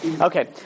Okay